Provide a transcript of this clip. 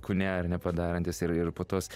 kūne ar ne padarantis ir ir po tos